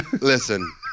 listen